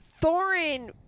Thorin